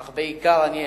אך בעיקר אני אליך.